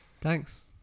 thanks